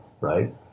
right